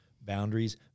boundaries